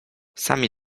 sami